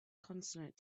consonant